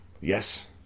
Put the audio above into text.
Yes